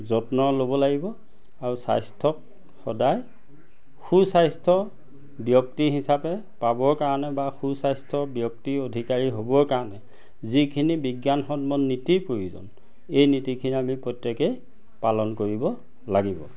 যত্ন ল'ব লাগিব আৰু স্বাস্থ্যক সদায় সু স্বাস্থ্য ব্যক্তি হিচাপে পাবৰ কাৰণে বা সু স্বাস্থ্যৰ ব্যক্তি অধিকাৰী হ'বৰ কাৰণে যিখিনি বিজ্ঞানসন্ম নীতিৰ প্ৰয়োজন এই নীতিখিনি আমি প্ৰত্যেকেই পালন কৰিব লাগিব